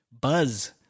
buzz